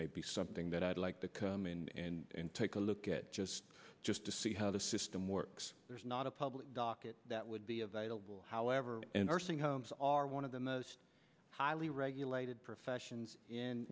may be something that i'd like to come in and take a look at just just to see how the system works there's not a public docket that would be available however and nursing homes are one of the most highly regulated professions